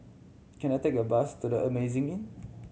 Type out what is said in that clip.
can I take a bus to The Amazing Inn